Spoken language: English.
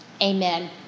Amen